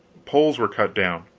poles were cut down,